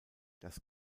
das